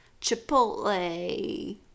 chipotle